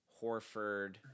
Horford